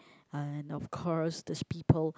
and of course there's people